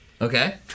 Okay